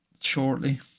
shortly